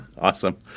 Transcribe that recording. Awesome